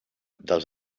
dels